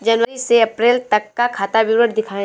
जनवरी से अप्रैल तक का खाता विवरण दिखाए?